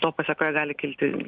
to pasekoje gali kilti